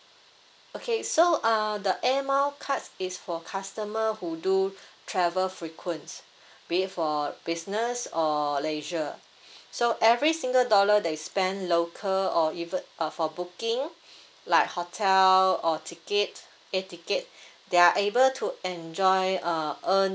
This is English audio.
okay so uh the air mile cards is for customer who do travel frequent be it for a business or leisure so every single dollar they spend local or even uh for booking like hotel or ticket air ticket they are able to enjoy uh earn